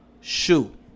shoe